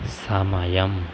సమయం